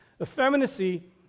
Effeminacy